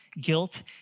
Guilt